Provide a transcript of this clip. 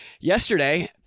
Yesterday